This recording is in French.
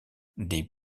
des